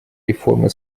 реформы